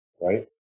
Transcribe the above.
right